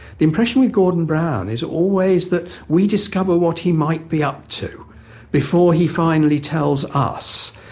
the impression with gordon brown is always that we discover what he might be up to before he finally tells us.